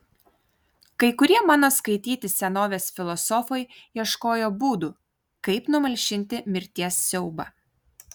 kai kurie mano skaityti senovės filosofai ieškojo būdų kaip numalšinti mirties siaubą